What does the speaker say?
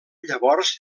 llavors